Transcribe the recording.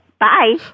Bye